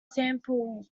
sample